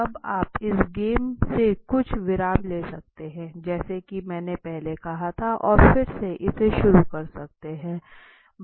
अब आप इस गेम से कुछ विराम ले सकते हैं जैसा कि मैंने पहले कहा था और फिर से इसे शुरू कर सकते हैं